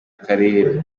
karere